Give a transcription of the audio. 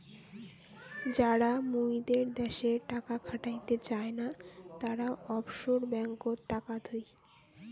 যারা মুইদের দ্যাশে টাকা খাটাতে চায় না, তারা অফশোর ব্যাঙ্ককোত টাকা থুই